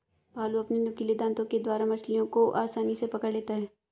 भालू अपने नुकीले दातों के द्वारा मछलियों को आसानी से पकड़ लेता है